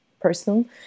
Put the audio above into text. person